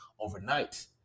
overnight